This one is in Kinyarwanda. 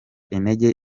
intege